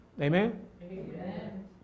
Amen